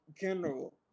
general